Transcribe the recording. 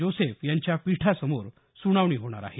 Joseph यांच्या पीठासमोर सुनावणी होणार आहे